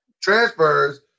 transfers